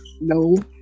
no